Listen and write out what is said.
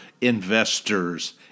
investors